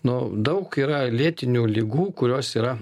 nu daug yra lėtinių ligų kurios yra